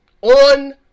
on